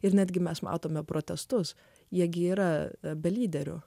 ir netgi mes matome protestus jie gi yra be lyderio